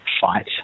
fight